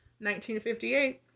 1958